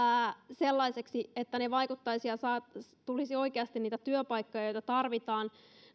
sellaisiksi että ne vaikuttaisivat ja tulisi oikeasti niitä työpaikkoja joita tarvitaan